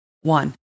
One